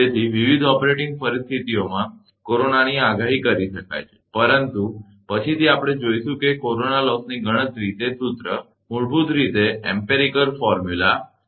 તેથી વિવિધ ઓપરેટિંગ પરિસ્થિતિઓમાં કોરોનાની આગાહી કરી શકાય છે પરંતુ પછીથી આપણે જોઈશું કે કોરોના લોસની ગણતરી તે સૂત્ર મૂળભૂત રીતે પ્રયોગમૂલક સૂત્ર